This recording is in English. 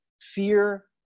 fear